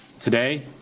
Today